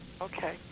Okay